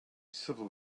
civil